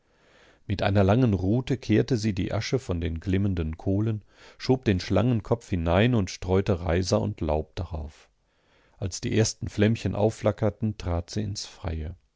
mit einer langen rute kehrte sie die asche von den glimmenden kohlen schob den schlangenkopf hinein und streute reiser und laub darauf als die ersten flämmchen aufflackerten trat sie ins freie